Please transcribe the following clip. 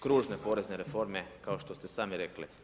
Kružne porezne reforme kao što ste sami rekli.